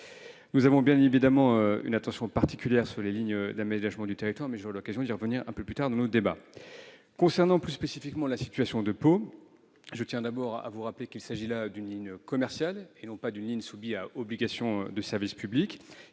Nous portons bien évidemment une attention particulière aux lignes d'aménagement du territoire, mais j'aurai l'occasion d'y revenir ultérieurement. Concernant plus spécifiquement la desserte de Pau, je tiens d'abord à vous rappeler qu'il s'agit d'une ligne commerciale et non pas d'une ligne soumise à obligation de service public